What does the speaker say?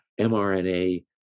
mRNA